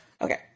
Okay